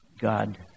God